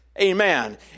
amen